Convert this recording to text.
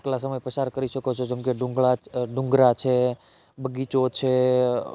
એકલા સમય પસાર કરી છો જેમકે ડુંગરા છે બગીચો છે